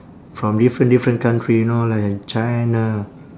from different different country you know like china